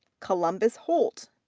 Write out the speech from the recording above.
columbus holt,